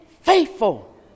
faithful